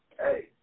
hey